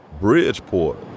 Bridgeport